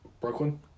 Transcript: Brooklyn